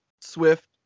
Swift